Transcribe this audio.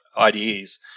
IDEs